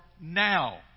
now